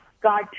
God